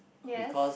because